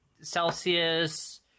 Celsius